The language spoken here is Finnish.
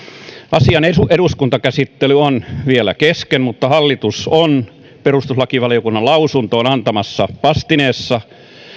asian eduskuntakäsittely on vielä kesken mutta hallitus on perustuslakivaliokunnan lausuntoon antamassaan vastineessa